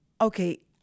okay